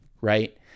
right